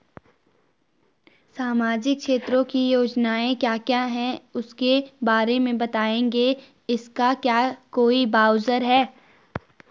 सामाजिक क्षेत्र की योजनाएँ क्या क्या हैं उसके बारे में बताएँगे इसका क्या कोई ब्राउज़र है?